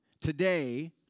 today